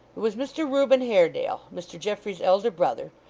it was mr reuben haredale, mr geoffrey's elder brother,